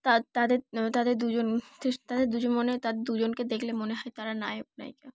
তা তাদের তাদের দুজন তাদের দুজন মনে দুজনকে দেখলে মনে হয় তারা নায়ক নায়িকা